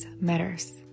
matters